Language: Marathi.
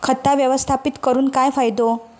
खाता व्यवस्थापित करून काय फायदो?